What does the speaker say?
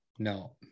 no